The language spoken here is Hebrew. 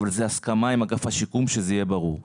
אבל זו הסכמה עם אגף השיקום על כך שזה יהיה ברור.